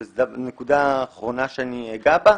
זו נקודה אחרונה שאני אגע בה.